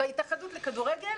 בהתאחדות לכדורגל